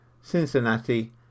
Cincinnati